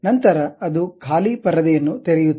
ನಂತರ ಅದು ಖಾಲಿ ಪರದೆ ಯನ್ನು ತೆರೆಯುತ್ತದೆ